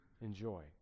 enjoy